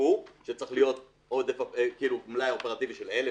כשצריך להיות מלאי אופרטיבי של 2,000-1,000.